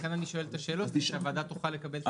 לכן אני שואל את השאלות שהועדה תוכל לקבל.